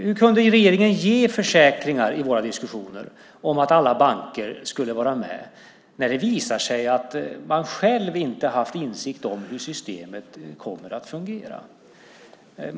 Hur kunde regeringen i våra diskussioner ge försäkringar om att alla banker skulle vara med när det visar sig att man själv inte haft insikt om hur systemet kommer att fungera?